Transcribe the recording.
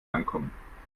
ankommen